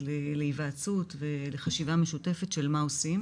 להיוועצות ולחשיבה משותפת של מה עושים.